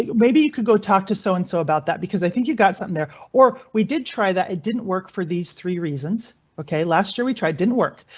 maybe you could go talk to so and so about that because i think you got something there or we did try that. it didn't work for these three reasons. ok, last year we tried didn't work.